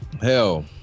Hell